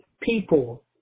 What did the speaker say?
people